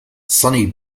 sunny